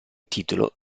titolo